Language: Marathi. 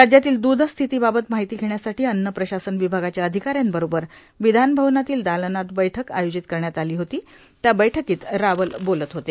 राज्यातील दुध स्थितीबाबत माहिती घेण्यासाठी अन्न प्रशासन विभागाच्या अधिकाऱ्यांबरोबर विधानभवनातील दालनात बैठक आयोजित करण्यात आली होतीए त्या बैठकीत रावल बोलत होते